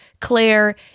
claire